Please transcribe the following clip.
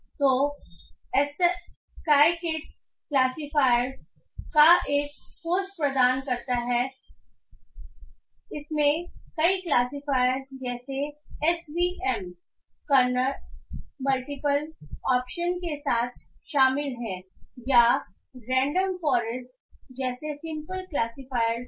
तो scikit classifiers का एक होस्ट प्रदान करता है इसमें कई क्लासिफायर जैसे एसवीएम कर्नल मल्टीपल ऑप्शन के साथ शामिल हैं या रेंडम फॉरेस्ट जैसे सिंपल क्लासीफायर्स है